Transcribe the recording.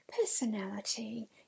personality